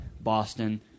Boston